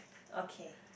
okay